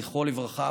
זכרו לברכה,